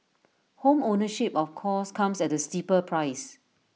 home ownership of course comes at A steeper price